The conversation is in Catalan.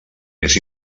més